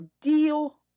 deal